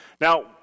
now